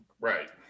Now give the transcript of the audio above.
Right